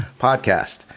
podcast